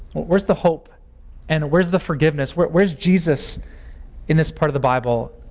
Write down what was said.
where's the hope and where's the forgiveness? where's jesus in this part of the bible?